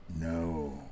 No